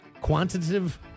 quantitative